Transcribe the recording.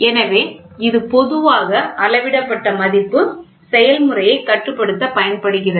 எனவே இது பொதுவாக அளவிடப்பட்ட மதிப்பு செயல்முறையை கட்டுப்படுத்த பயன்படுகிறது